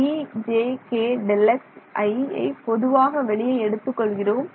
ejkΔxiஐ பொதுவாக வெளியே எடுத்துக் கொள்கிறோம்